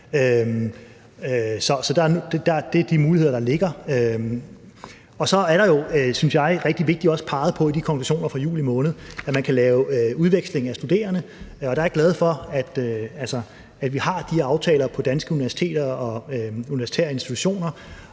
Så det er de muligheder, der ligger. Så er der jo også – og det synes jeg er rigtig vigtigt – i de konklusioner fra juli måned peget på, at man kan lave udveksling af studerende. Og der er jeg glad for, at vi har de aftaler på danske universiteter og universitære institutioner.